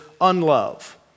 unlove